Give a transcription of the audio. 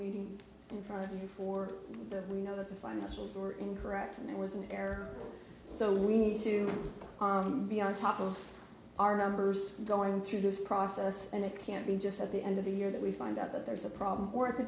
meeting for the we know that the financials were incorrect and there was an error so we need to be on top of our numbers going through this process and it can't be just at the end of the year that we find out that there's a problem or at the